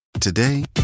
Today